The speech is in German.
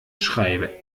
schreibe